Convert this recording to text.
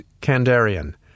Kandarian